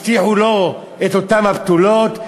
הבטיחו לו את אותן הבתולות,